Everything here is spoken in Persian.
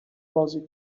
بازی